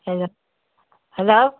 hello hello